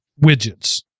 widgets